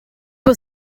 was